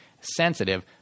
sensitive